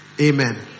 Amen